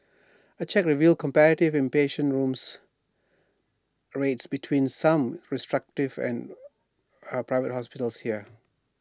A check revealed competitive inpatient rooms rates between some restructured and A Private Hospitals here